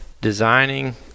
designing